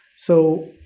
so,